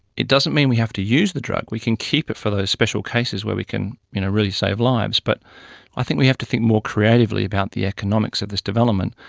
it doesn't mean we have to use the drug, we can keep it for those special cases where we can you know really save lives, but i think we have to think more creatively about the economics of this development,